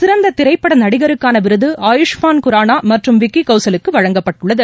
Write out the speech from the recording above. சிறந்த திரைப்பட நடிகருக்கான விருது ஆயுஷ்மான் குரானா மற்றும் விக்கி கவுசலுக்கு வழங்கப்பட்டுள்ளது